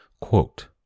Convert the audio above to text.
Quote